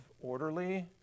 orderly